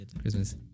Christmas